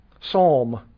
psalm